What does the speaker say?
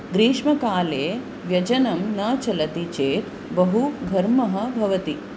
ग्रीष्मकाले व्यजनं न चलति चेत् बहु घर्मः भवति